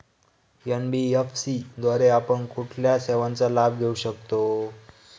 NBFC द्वारे आपण कुठल्या सेवांचा लाभ घेऊ शकतो?